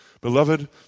Beloved